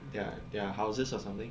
their their houses or something